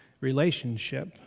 relationship